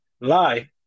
Lie